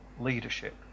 leadership